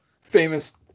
Famous